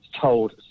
told